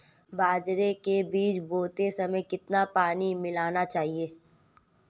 बाजरे के बीज बोते समय कितना पानी मिलाना चाहिए?